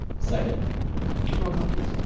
second roll call, please.